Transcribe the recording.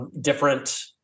Different